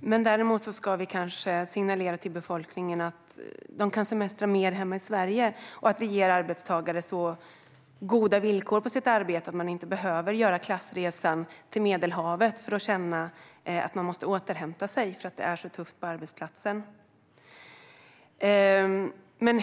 Däremot ska vi kanske signalera till befolkningen att den kan semestra mer hemma i Sverige och att vi ger arbetstagare så goda villkor på deras arbete att de inte behöver göra klassresan till Medelhavet för att de känner att de måste återhämta sig eftersom det är så tufft på arbetsplatsen.